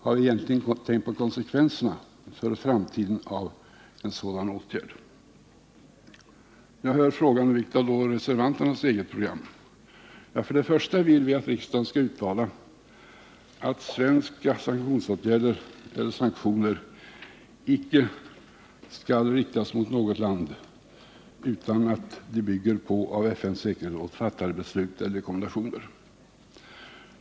Har vi egentligen tänkt på konsekvenserna för framtiden av en sådan här åtgärd? Jag har tillfrågats: Vilket är då reservanternas eget program? För det första vill vi att riksdagen skall uttala att svenska sanktionsåtgärder eller sanktioner icke skall riktas mot visst land utan att de bygger på av FN:s säkerhetsråd fattade beslut eller antagna rekommendationer.